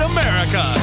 America